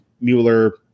Mueller